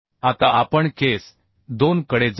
आता आपण केस 2 कडे जाऊ